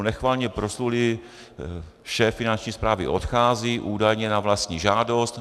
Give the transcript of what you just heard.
Nechvalně proslulý šéf Finanční správy odchází, údajně na vlastní žádost.